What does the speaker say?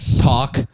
talk